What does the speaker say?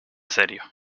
serio